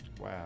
Wow